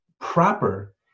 proper